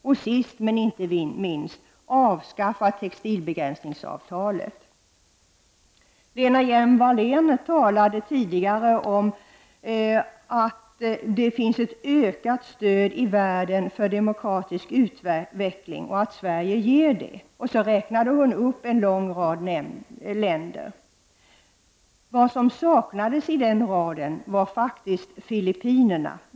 Och sist, men inte minst: Avskaffa textilbegränsningsavtalet. Lena Hjelm-Wallén talade tidigare om att det finns ett ökat stöd i världen för demokratisk utveckling och att Sverige ger ett sådant stöd, och hon räknade upp en lång rad länder. Det land som saknades i den raden var faktiskt Filippinerna.